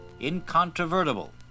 incontrovertible